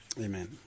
Amen